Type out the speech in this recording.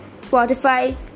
Spotify